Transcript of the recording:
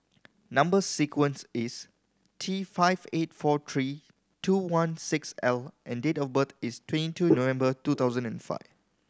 number sequence is T five eight four three two one six L and date of birth is twenty two November two thousand and five